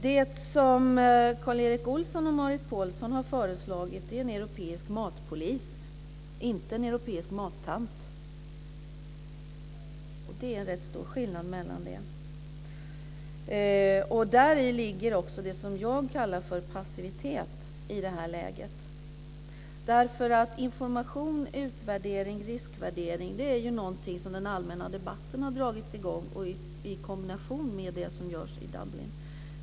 Det som Karl Erik Olsson och Marit Paulsen har föreslagit är en europeisk matpolis - inte en europeisk mattant. Det är rätt stor skillnad. Däri ligger också det som jag kallar för passivitet i det här läget. Information, utvärdering och riskvärdering är ju någonting som den allmänna debatten har dragit i gång i kombination med det som görs i Dublin.